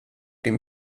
din